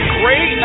great